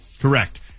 Correct